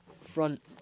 front